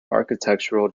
architectural